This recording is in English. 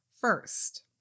First